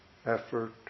effort